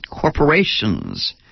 corporations